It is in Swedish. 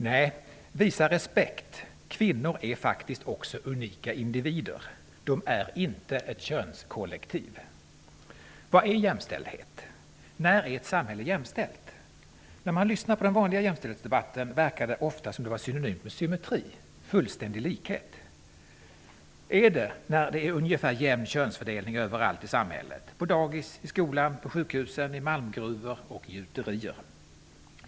Nej, man skall visa respekt. Kvinnor är faktiskt också unika individer. De är inte ett könskollektiv. Vad är jämställdhet? När är ett samhälle jämställt? När man lyssnar på den vanliga jämställdhetsdebatten verkar det ofta som om det var synonymt med symmetri, alltså fullständig likhet. Är det så när det är ungefär jämn könsfördelning överallt i samhället, på dagis, i skolan, på sjukhusen, i malmgruvor och gjuterier?